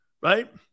right